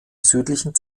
südlichen